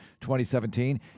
2017